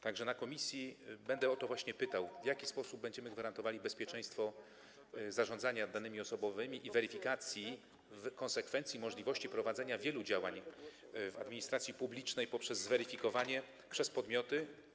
Tak że w komisji będę o to pytał, w jaki sposób będziemy gwarantowali bezpieczeństwo zarządzania danymi osobowymi i weryfikacji w konsekwencji możliwości prowadzenia wielu działań w administracji publicznej poprzez zweryfikowanie przez podmioty.